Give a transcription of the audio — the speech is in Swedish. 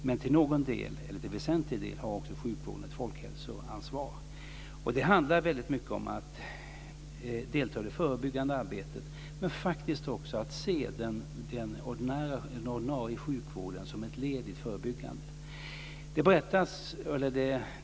Men till väsentlig del har också sjukvården ett folkhälsoansvar. Det handlar väldigt mycket om att delta i det förebyggande arbetet men också att se den ordinarie sjukvården som ett led i det förebyggande arbetet.